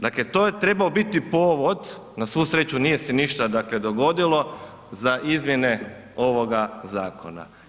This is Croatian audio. Dakle, to je trebao biti povod, na svu sreću nije se ništa dogodilo, za izmjene ovoga zakona.